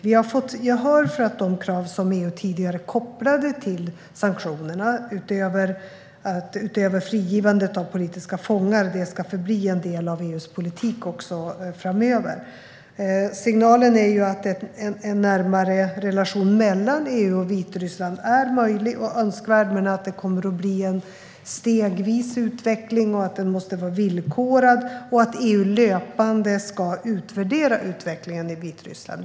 Vi har fått gehör för att de krav som EU tidigare kopplade till sanktionerna, utöver frigivandet av politiska fångar, ska förbli en del av EU:s politik också framöver. Signalen är ju att en närmare relation mellan EU och Vitryssland är möjlig och önskvärd men att det kommer att bli en stegvis utveckling som måste vara villkorad och att EU löpande ska utvärdera denna utveckling i Vitryssland.